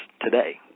today